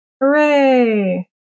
Hooray